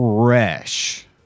fresh